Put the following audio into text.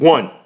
One